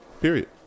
Period